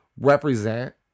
represent